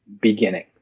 beginning